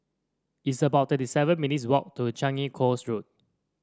it's about thirty seven minutes' walk to Changi Coast Road